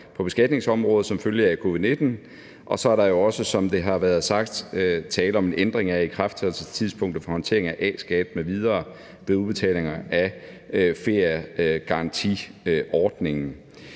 på beskatningsområdet som følge af covid-19. Og så er der jo, som det også er blevet sagt, tale om en ændring af ikrafttrædelsestidspunktet for håndteringen af A-skat m.v. ved udbetalinger fra feriegarantiordningen.